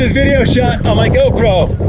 video shot, i'm like, oh bro,